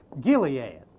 Gilead